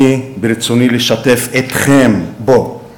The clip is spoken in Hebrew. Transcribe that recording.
ברצוני לשתף אתכם בו.